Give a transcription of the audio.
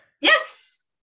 yes